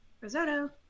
Risotto